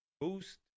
Boost